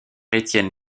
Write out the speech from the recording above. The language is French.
etienne